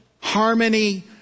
harmony